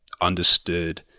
understood